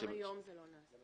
גם היום זה לא נעשה.